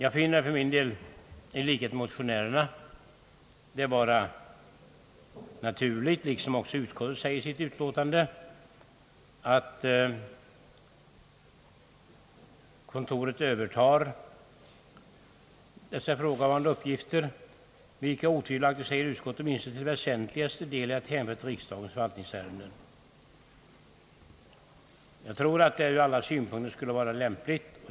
I likhet med motionärerna finner jag det vara naturligt, liksom också utskottet säger i sitt utlåtande, att förvalt ningskontoret övertar ifrågavarande uppgifter vilka, som utskottet säger, »otvivelaktigt åtminstone till väsentligaste del är att hänföra till riksdagens förvaltningsärenden». Jag tror att det ur alla synpunkter skulle vara lämpligt.